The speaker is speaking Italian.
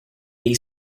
dei